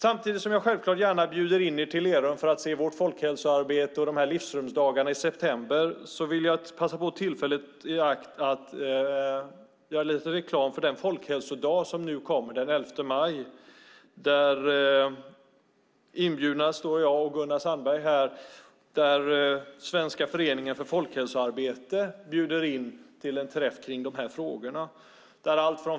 Samtidigt som jag gärna bjuder in er till Lerum för att se vårt folkhälsoarbete och besöka Livsrumsdagarna i september vill jag också ta tillfället i akt och göra lite reklam för den folkhälsodag som hålls den 11 maj. Inbjudna är jag och Gunnar Sandberg. Svensk förening för folkhälsoarbete bjuder då in till en träff om de här frågorna.